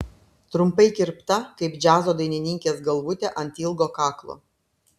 trumpai kirpta kaip džiazo dainininkės galvutė ant ilgo kaklo